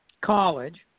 college